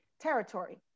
territory